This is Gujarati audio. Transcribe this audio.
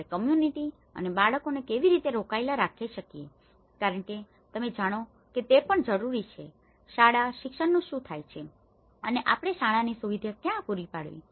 આપણે કમ્યુનીટી અને બાળકોને કેવી રીતે રોકાયેલા રાખી શકીએ છીએ કારણ કે તમે જાણો છો કે તે પણ જરૂરી છે શાળા શિક્ષણનું શું થાય છે અને આપણે શાળાની સુવિધા ક્યાં પૂરી પાડવી